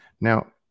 now